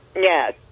yes